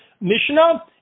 Mishnah